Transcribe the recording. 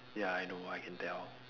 ya I know I can tell